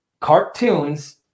cartoons